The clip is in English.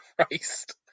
Christ